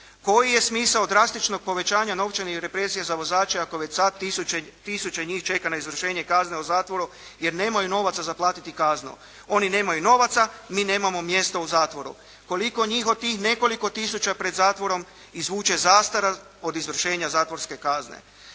Koji je smisao drastičnog povećanja novčanih represija za vozača ako već sada tisuće njih čeka na izvršenje kazne zatvora jer nemaju novaca platiti kaznu. Oni nemaju novaca, mi nemamo mjesto u zatvoru. Koliko njih od tih nekoliko tisuća pred zatvorom izvuče zastara od izvršenja zatvorske kazne?